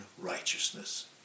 righteousness